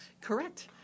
Correct